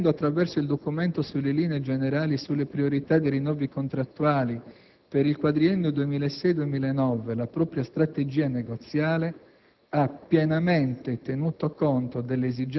Infine, il Governo, definendo, attraverso il "Documento sulle linee generali e sulle priorità dei rinnovi contrattuali per il quadriennio 2006-2009", la propria strategia negoziale,